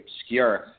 obscure